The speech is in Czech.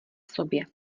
sobě